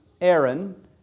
Aaron